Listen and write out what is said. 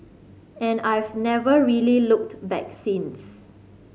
and I've never really looked back since